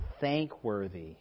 thankworthy